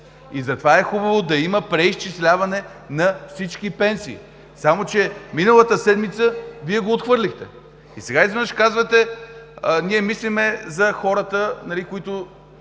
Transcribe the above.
Затова е хубаво да има преизчисляване на всички пенсии. Само че миналата седмица Вие го отхвърлихте и сега изведнъж казвате: „Ние мислим за хората с най-ниски